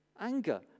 anger